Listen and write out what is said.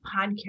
podcast